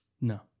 No